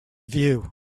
view